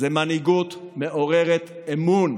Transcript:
מנהיגות מעוררת אמון,